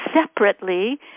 separately